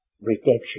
redemption